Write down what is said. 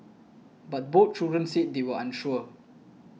but both children said they were unsure